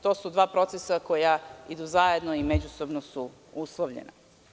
To su dva procesa koja idu zajedno i međusobno su uslovljena.